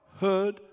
heard